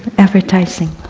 advertising.